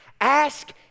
Ask